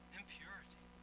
impurity